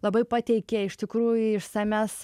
labai pateikė iš tikrųjų išsamias